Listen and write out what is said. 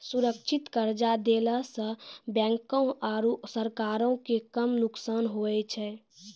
सुरक्षित कर्जा देला सं बैंको आरू सरकारो के कम नुकसान हुवै छै